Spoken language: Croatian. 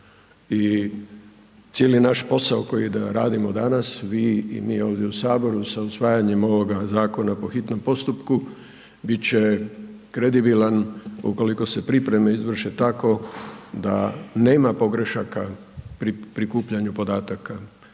i cijeli naš posao koji radimo danas, vi i mi ovdje u Saboru sa usvajanjem ovoga zakona po hitnom postupku, bit će kredibilan ukoliko se pripreme izvrše tako da nema pogrešaka pri prikupljanju podataka,